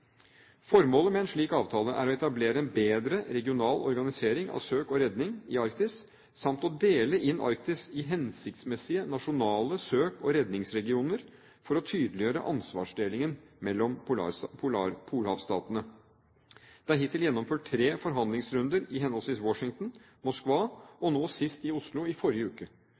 Formålet med en slik avtale er å etablere en bedre regional organisering av søk og redning i Arktis samt å dele inn Arktis i hensiktsmessige nasjonale søke- og redningsregioner for å tydeliggjøre ansvarsdelingen mellom polhavstatene. Det er hittil gjennomført tre forhandlingsrunder i henholdsvis Washington, Moskva og nå sist i Oslo, i forrige uke.